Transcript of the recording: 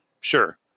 sure